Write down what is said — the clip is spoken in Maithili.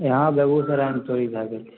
इहाँ बेगुसरायमे चोरी भए जाइत छै